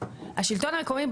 השלטון המקומי,